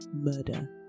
murder